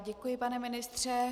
Děkuji, pane ministře.